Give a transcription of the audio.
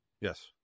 Yes